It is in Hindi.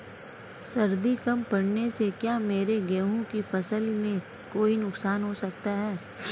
सर्दी कम पड़ने से क्या मेरे गेहूँ की फसल में कोई नुकसान हो सकता है?